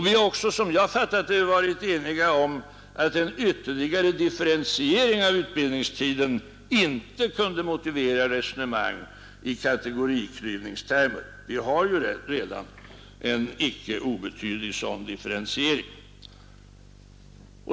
Vi har också, som jag fattat det, varit eniga om att en ytterligare differentiering av utbildningstiden inte kunde motivera resonemang i kategoriklyvningstermer; vi har ju redan en icke obetydlig sådan differentiering.